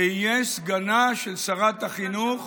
שיהיה סגנה של שרת החינוך